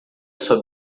sua